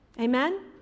Amen